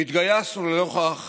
התגייסנו לנוכח